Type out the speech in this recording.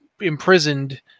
imprisoned